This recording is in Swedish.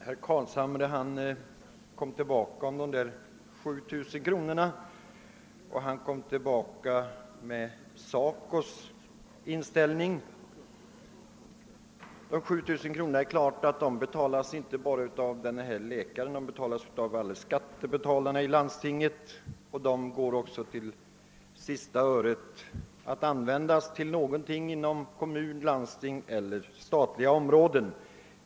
Herr talman! Herr Carlshamre återkom till de 7000 kronorna och till SACO:s inställning. Vad beträffar de 7000 kronorna är det klart, att de inte bara betalas av läkaren utan av alla skattebetalare i landstinget, och de används också till sista öret till något inom kommunens, landstingets eller statens verksamhetsområden.